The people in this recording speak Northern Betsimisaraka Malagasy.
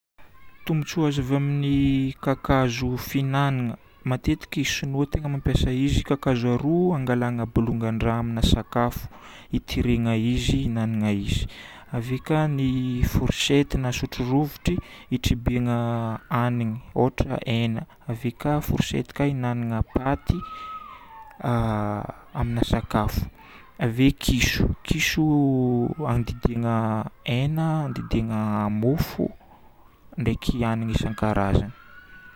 Tombontsoa azo avy amin'ny kakazo fihinanagna. Matetiky Sinoa tegna mampiasa izy, kakazo aroa angalana bolongan-draha amina sakafo, itirena izy, ihinanagna izy. Ave ka ny forsety na sotro rovitry itrebena hanigny ohatra hena. Ave ka forsety ka ihinanagna paty amina sakafo. Ave kisoa. Kisoa andidiana hena, andidiana mofo ndraiky hanigny isankarazany.